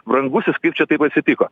brangusis kaip čia taip atsitiko